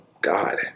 God